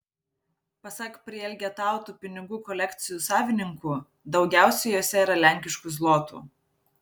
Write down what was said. pasak prielgetautų pinigų kolekcijų savininkų daugiausiai jose yra lenkiškų zlotų